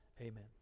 amen